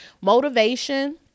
motivation